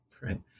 right